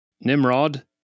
Nimrod